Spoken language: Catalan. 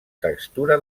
textura